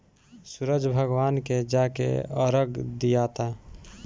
सूरज भगवान के जाके अरग दियाता